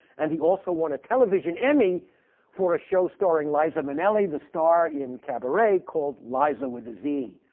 and he also won a television emmy for a show starring liza minnelli, the star in cabaret, called liza with a z.